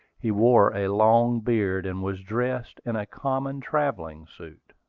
he wore a long beard, and was dressed in a common travelling suit.